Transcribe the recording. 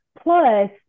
Plus